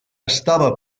estava